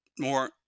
more